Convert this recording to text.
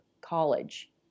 college